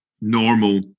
normal